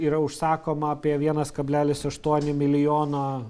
yra užsakoma apie vienas kablelis aštuoni milijono